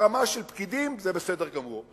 ברמה של פקידים זה בסדר גמור.